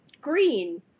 green